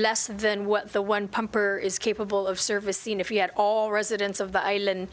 less than what the one pumper is capable of service enough to get all residents of the island